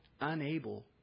unable